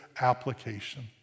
application